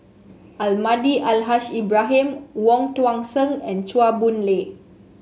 Almahdi Al Haj Ibrahim Wong Tuang Seng and Chua Boon Lay